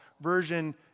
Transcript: version